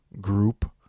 group